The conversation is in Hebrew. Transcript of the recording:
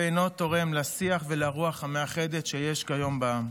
ואינו תורם לשיח ולרוח המאחדת שיש כיום בעם.